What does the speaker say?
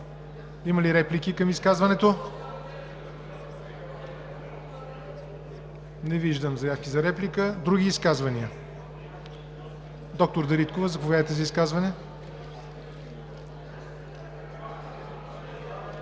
Има ли реплики към изказването? Не виждам заявки. Други изказвания? Д-р Дариткова, заповядайте за изказване.